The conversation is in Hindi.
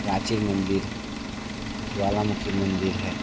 प्राचीन मंदिर ज्वालामुखी मंदिर है